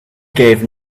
gave